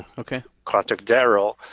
okay. contact darrell.